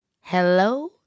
Hello